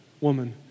woman